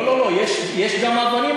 לא, לא, יש גם אבנים.